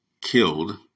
killed